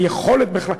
היכולת בכלל,